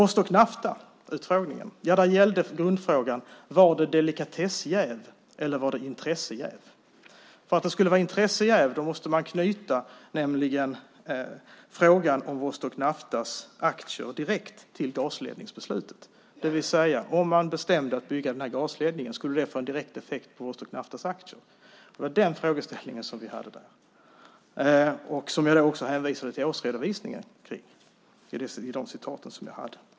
Vostok Nafta-utfrågningen gällde grundfrågan: Var det delikatessjäv eller intressejäv? För att det skulle vara intressejäv måste man knyta frågan om Vostok Naftas aktier direkt till gasledningsbeslutet, det vill säga om det skulle få en direkt effekt på Vostok Naftas aktier om man bestämde sig för att bygga den här gasledningen. Det var den frågeställningen som vi tog upp där. Där hänvisade jag också till årsredovisningen med de citat som jag hade.